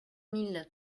mille